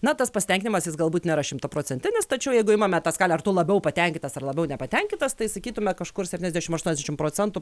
na tas pasitenkinimas jis galbūt nėra šimtaprocentinis tačiau jeigu imame tą skalę ar tu labiau patenkintas ar labiau nepatenkintas tai sakytume kažkur septyniasdešim aštuoniasdešim procentų